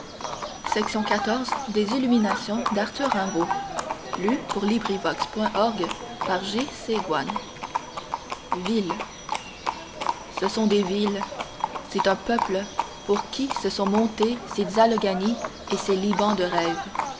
villes ce sont des villes c'est un peuple pour qui se sont montés ces alleghanys et ces libans de rêve